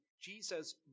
Jesus